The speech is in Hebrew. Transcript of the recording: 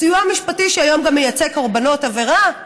הסיוע המשפטי, שהיום מייצג גם קורבנות עבירה,